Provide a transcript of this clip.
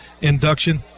induction